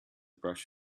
brush